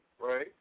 right